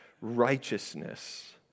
righteousness